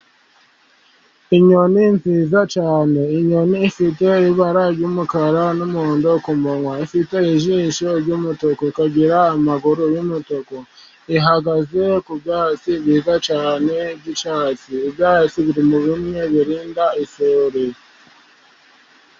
Inyoni nziza cyane, inyoni ifite ibara ry'umukara n'umuhondo ku munwa, ifite ijisho ry'umutuku, ikagira amaguru y'umutuku, ihagaze ku byatsi byiza cyane by'icyatsi. Ibyatsi biri muri bimwe birinda isuri.